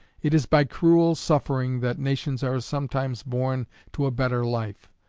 it is by cruel suffering that nations are sometimes born to a better life.